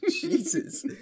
jesus